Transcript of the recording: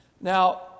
Now